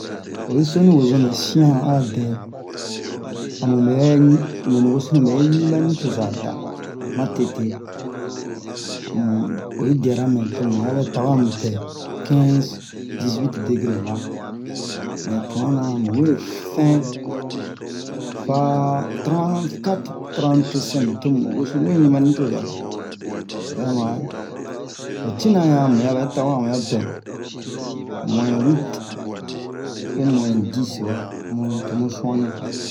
oyi so ni wozomɛ siyan a dɛ a mubɛ ɲi nɛ ni wosoni bɛ ɲi ba nucoza da matete amu oyi diyara mɛ tomu ya bɛ tawɛ amu pɛ kɛnze diziwite degre waa mɛ tu'annan mu wee fin fa trante-katre trante-sɛnk tomu wosonu we ɲi ɓa nucoza da obɛ man-re ho tinan ɲan mu ya bɛ tawɛ a mu ya pɛ muwɛ wite u muwɛn dise waa mu tomu su'anni kuwa